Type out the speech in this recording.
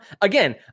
again